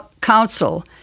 council